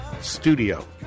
studio